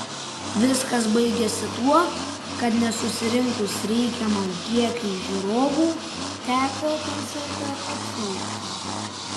viskas baigėsi tuo kad nesusirinkus reikiamam kiekiui žiūrovų teko koncertą atšaukti